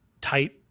tight